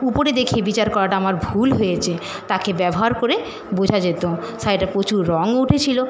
উপরে দেখে বিচার করাটা আমার ভুল হয়েছে তাকে ব্যবহার করে বোঝা যেতো শাড়িটা প্রচুর রংও উঠেছিলো